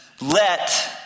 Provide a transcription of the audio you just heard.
Let